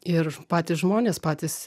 ir patys žmonės patys